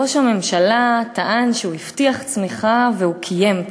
ראש הממשלה טען שהוא הבטיח צמיחה והוא קיים צמיחה.